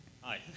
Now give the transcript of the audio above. Hi